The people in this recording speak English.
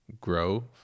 grow